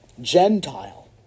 Gentile